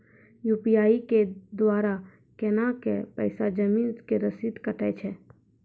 UPI के द्वारा केना कऽ पैसा जमीन के रसीद कटैय छै?